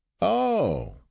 Oh